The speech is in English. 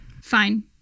Fine